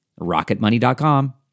RocketMoney.com